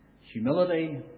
Humility